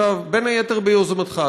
בין היתר ביוזמתך,